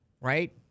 right